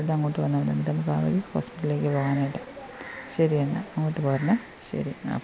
ഉടനെ അങ്ങോട്ട് വന്നാൽ മതി എന്നിട്ട് നമുക്ക് ആ വഴി ഹോസ്പിറ്റലിലേക്ക് പോവാൻ ആയിട്ട് ശരിയെന്നാൽ അങ്ങോട്ട് പോരണം ശരി ആ ഓക്കെ